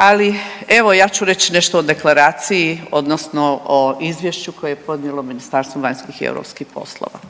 Ali evo ja ću reći nešto o deklaraciji, odnosno o izvješću koje je podnijelo Ministarstvo vanjskih i europskih poslova.